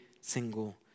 single